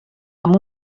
amb